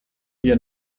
wir